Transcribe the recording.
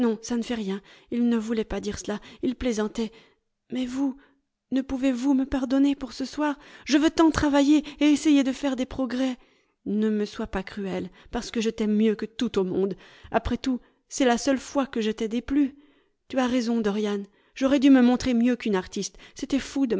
ça ne fait rien il ne voulait pas dire cela il plaisantait mais vous ne pouvez-vous me pardonner pour ce soir je veux tant travailler et essayer de faire des progrès ne me sois pas cruel parce que je t'aime mieux que tout au monde après tout c'est la seule fois que je t'ai déplu tu as raison dorian j'aurais dû me montrer mieux qu'une artiste c'était fou